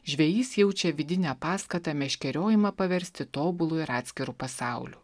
žvejys jaučia vidinę paskatą meškeriojimą paversti tobulu ir atskiru pasauliu